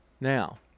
Now